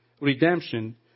redemption